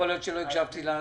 יכול להיות שלא הקשבתי.